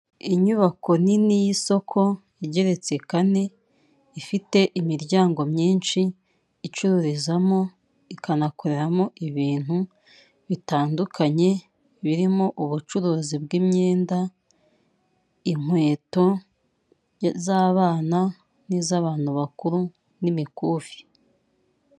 Inyubako nini y'isoko igeretse kane, ifite imiryango myinshi, icururizamo ikanakoreramo ibintu bitandukanye, birimo ubucuruzi bw'imyenda, inkweto, z'abana n'iz'abantu bakuru n'imikufi.